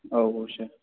औ औ सार